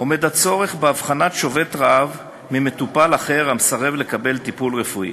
עומד הצורך בהבחנת שובת רעב ממטופל אחר המסרב לקבל טיפול רפואי.